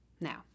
Now